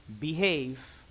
behave